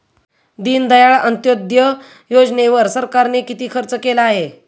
दीनदयाळ अंत्योदय योजनेवर सरकारने किती खर्च केलेला आहे?